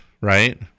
Right